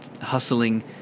hustling